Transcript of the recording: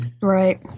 right